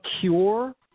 cure